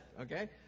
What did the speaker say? okay